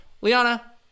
Liana